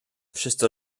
wszyscy